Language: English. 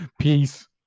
Peace